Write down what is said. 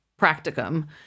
practicum